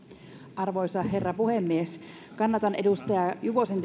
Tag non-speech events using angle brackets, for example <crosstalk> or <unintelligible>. arvoisa herra puhemies kannatan edustaja juvosen <unintelligible>